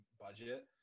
budget